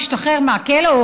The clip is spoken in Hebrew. משתחרר מהכלא,